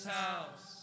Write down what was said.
house